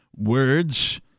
words